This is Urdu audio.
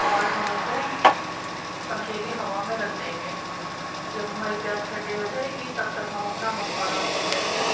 اور ہم اُسے پنکھے کی ہَوا میں رکھ دیں گے جب ہماری پیاز ٹھنڈی ہو جائے گی تب تک ہم اپنا مصالحہ بھون لیں گے